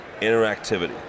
interactivity